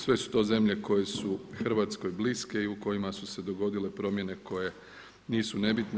Sve su to zemlje koje su Hrvatskoj bliske i u kojima su se dogodile promjene koje nisu nebitne.